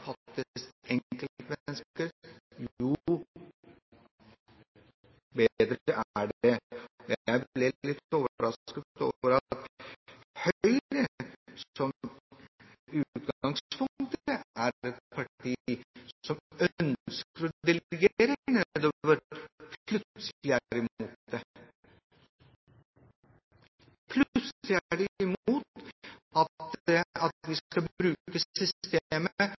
fattes enkeltmennesker, jo bedre er det. Jeg ble litt overrasket over at Høyre, som i utgangspunktet er et parti som ønsker å delegere ansvar nedover, plutselig er imot det. Plutselig er de imot at vi skal